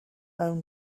own